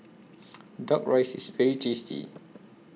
Duck Rice IS very tasty